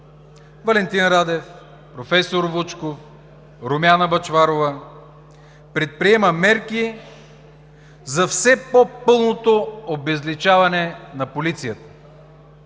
Валентин Радев, професор Вучков, Румяна Бъчварова, предприема мерки за все по-пълното обезличаване на полицията.